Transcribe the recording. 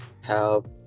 help